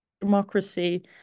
democracy